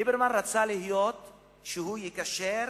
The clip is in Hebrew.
ליברמן רצה להיות מי שמקשר,